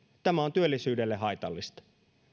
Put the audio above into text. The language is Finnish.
tämä on työllisyydelle haitallista